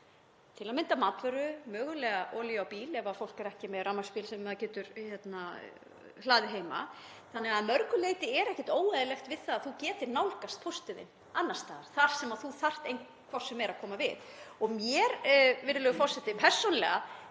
til að mynda matvöru, mögulega olíu á bíl ef fólk er ekki með rafmagnsbíl sem það getur hlaðið heima, þannig að mörgu leyti er ekkert óeðlilegt við það að þú getir nálgast póstinn þinn annars staðar þar sem þú þarft hvort sem er að koma við. Og mér persónulega,